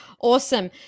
Awesome